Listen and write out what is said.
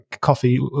coffee